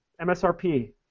MSRP